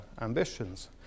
ambitions